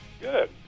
Good